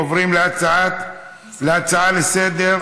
עוברים להצעות לסדר-היום